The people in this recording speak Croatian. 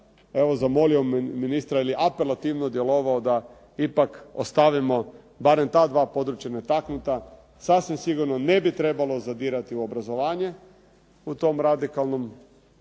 zamolio ministra ili apelativno djelovao da ipak ostavimo barem ta dva područja netaknuta. Sasvim sigurno ne bi trebalo zadirati u obrazovanje u tom radikalnom